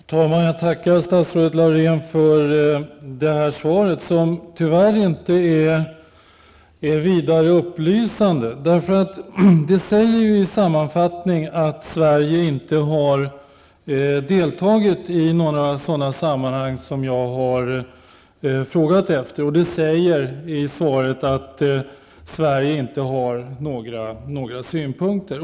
Herr talman! Jag tackar statsrådet Laurén för svaret, vilket tyvärr inte är särskilt upplysande. Sammanfattningsvis sägs det ju i svaret att Sverige inte har deltagit i de sammanhang som jag har frågat om. Det sägs i svaret att Sverige inte har några synpunkter.